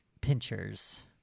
pinchers